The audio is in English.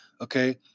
okay